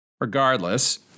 Regardless